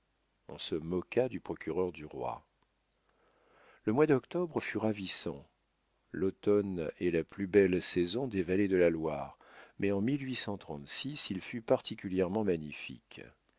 on se moqua du procureur du roi le mois d'octobre fut ravissant l'automne est la plus belle saison des vallées de la loire mais en il fut particulièrement magnifique